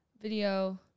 video